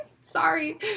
Sorry